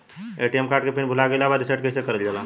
ATM card के pin भूला गइल बा रीसेट कईसे करल जाला?